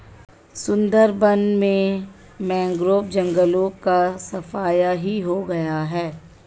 सुंदरबन में मैंग्रोव जंगलों का सफाया ही हो गया है